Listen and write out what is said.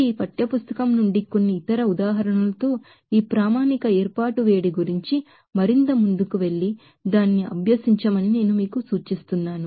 కాబట్టి ఈ పాఠ్యపుస్తకం నుండి కొన్ని ఇతర ఉదాహరణలతో ఈ స్టాండర్డ్ హీట్ అఫ్ ఫార్మషన్ గురించి మరింత ముందుకు వెళ్లి దానిని అభ్యసించమని నేను మీకు సూచిస్తున్నాను